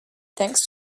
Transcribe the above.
thanks